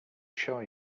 sure